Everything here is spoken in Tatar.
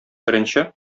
беренче